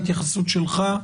התייחסות שלך.